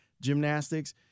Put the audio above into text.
gymnastics